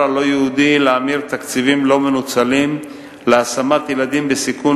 הלא-יהודי להמיר תקציבים לא מנוצלים להשמת ילדים בסיכון